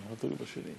אחד תלוי בשני.